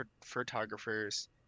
photographers